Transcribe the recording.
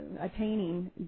attaining